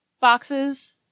boxes